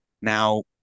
Now